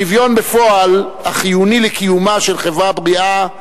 שוויון בפועל, החיוני לקיומה של חברה בריאה,